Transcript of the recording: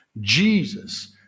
Jesus